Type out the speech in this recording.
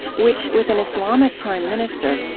which, with an islamic prime minister,